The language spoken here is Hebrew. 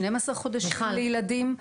12 חודשים לילדים.